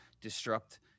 disrupt